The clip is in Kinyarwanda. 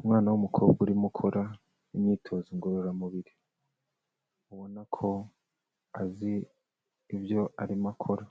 Umwana w'umukobwa urimo ukora imyitozo ngororamubiri, ubona ko azi ibyo arimo akora,